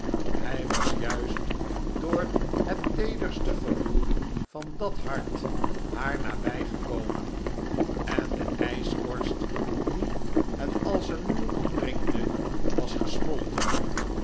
hij was juist door hetteederste gevoel van dat hart haar nabijgekomen en de ijskorst die het als een muur omringde was gesmolten